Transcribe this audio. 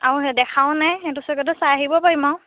আৰু সেই দেখাও নাই সেইটো চেগতে চাই আহিব পাৰিম আৰু